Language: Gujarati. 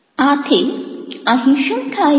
આથી અહીં શું થાય છે